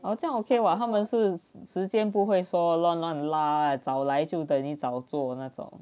哦这样 okay what 他们是时间不会说乱乱拉早来就等你早做那种